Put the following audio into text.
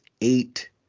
eight